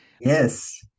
yes